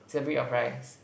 is a breed of rice